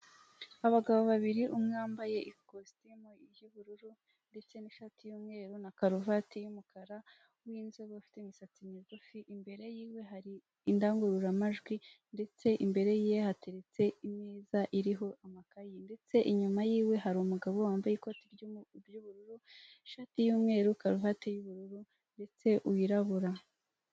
Abagabo babiri umwe wambaye kostime y'ubururu ndetse n'ishati y'umweru na karuvati y'umukara w'inzobe ufite imisatsi migufi, imbere yiwe hari indangaruramajwi ndetse imbere ye hateretse imeza iriho amakaye ndetse inyuma yiwe hari umugabo wambaye ikoti ry'ubururu, ishati y'umweru, karuvati y'umweru ndetse wirabura.